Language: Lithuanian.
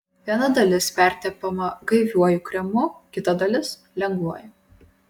viena dalis pertepama gaiviuoju kremu kita dalis lengvuoju